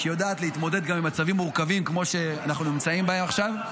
שהיא יודעת להתמודד במצבים מורכבים כמו שאנחנו נמצאים בהם עכשיו.